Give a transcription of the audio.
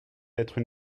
d’être